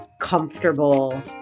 comfortable